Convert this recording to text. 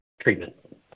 treatment